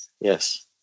Yes